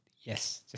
yes